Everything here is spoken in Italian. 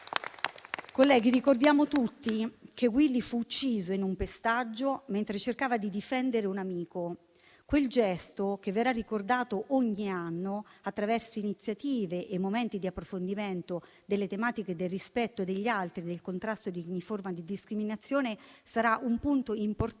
Colleghi, ricordiamo tutti che Willy fu ucciso in un pestaggio mentre cercava di difendere un amico. Quel gesto, che verrà ricordato ogni anno attraverso iniziative e momenti di approfondimento delle tematiche del rispetto degli altri e del contrasto di ogni forma di discriminazione, sarà un punto importante